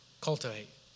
cultivate